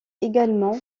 également